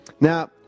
Now